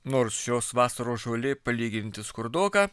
nors šios vasaros žolė palyginti skurdoka